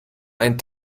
ein